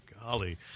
Golly